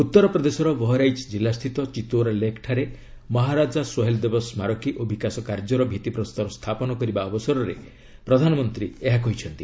ଉତ୍ତରପ୍ରଦେଶର ବହରାଇଚ୍ ଜିଲ୍ଲାସ୍ଥିତ ଚିଭୌରା ଲେକ୍ଠାରେ ମହାରାଜା ସୋହେଲ ଦେବ ସ୍କାରକୀ ଓ ବିକାଶ କାର୍ଯ୍ୟର ଭିଭିପ୍ରସ୍ତର ସ୍ଥାପନ କରିବା ଅବସରରେ ପ୍ରଧାନମନ୍ତ୍ରୀ ଏହା କହିଛନ୍ତି